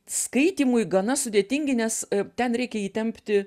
skaitymui gana sudėtingi nes ten reikia įtempti